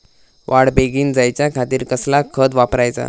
वाढ बेगीन जायच्या खातीर कसला खत वापराचा?